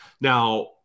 now